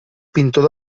pintor